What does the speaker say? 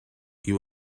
you